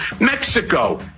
mexico